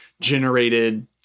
generated